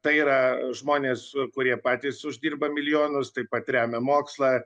tai yra žmonės kurie patys uždirba milijonus taip pat remia mokslą